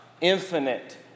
infinite